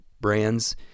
brands